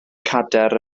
cadair